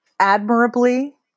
admirably